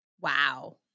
Wow